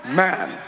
man